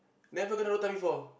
never kena rotan before